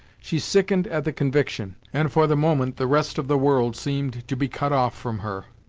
she sickened at the conviction, and for the moment the rest of the world seemed to be cut off from her,